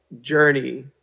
journey